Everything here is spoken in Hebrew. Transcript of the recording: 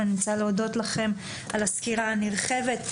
אני רוצה להודות לכם על הסקירה הנרחבת.